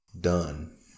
done